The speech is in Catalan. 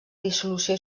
dissolució